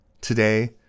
Today